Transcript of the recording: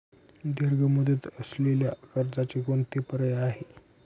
दीर्घ मुदत असलेल्या कर्जाचे कोणते पर्याय आहे?